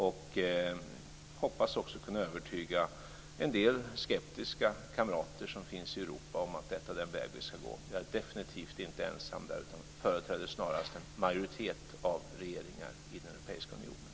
Jag hoppas också kunna övertyga en del skeptiska kamrater som finns i Europa om att detta är den väg vi ska gå. Jag är definitivt inte ensam där utan företräder snarast en majoritet av regeringar i den europeiska unionen.